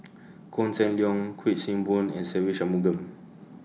Koh Seng Leong Kuik Swee Boon and Se Ve Shanmugam